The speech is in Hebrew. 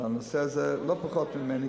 הנושא הזה לא פחות ממני,